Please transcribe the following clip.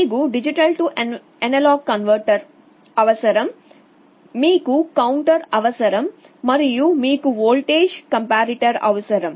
మీకు D A converter అవసరం మీకు కౌంటర్ అవసరం మరియు మీకు వోల్టేజ్ కంపారిటర్ అవసరం